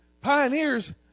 pioneers